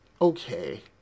okay